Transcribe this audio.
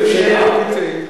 על אכילת צפרדעים.